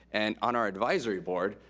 and on our advisory board,